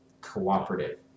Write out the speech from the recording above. cooperative